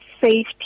safety